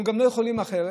אנחנו גם לא יכולים אחרת,